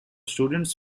students